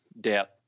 doubt